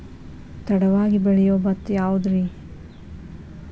ತಡವಾಗಿ ಬೆಳಿಯೊ ಭತ್ತ ಯಾವುದ್ರೇ?